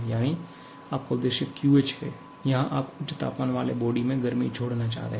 यानी आपका उद्देश्य QH है यहां आप उच्च तापमान वाले बॉडी में गर्मी जोड़ना चाहते हैं